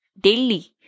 daily